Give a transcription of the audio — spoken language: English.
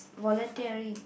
voluntary